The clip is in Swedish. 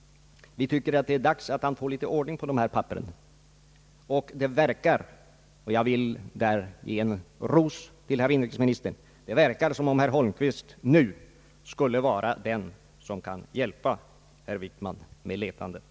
Vi tycker att det är dags att han får litet ordning på de här papperen. Det verkar — och jag vill här ge en ros till inrikesministern — som om herr Holmqvist nu skulle vara den som kan hjälpa herr Wickman med letandet.